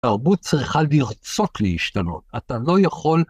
תרבות צריכה לרצות להשתנות, אתה לא יכול...